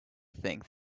think